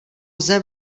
lze